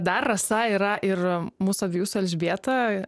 dar rasa yra ir mūsų abiejų su elžbieta